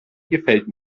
gefällt